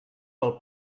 pel